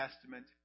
Testament